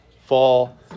fall